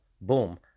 boom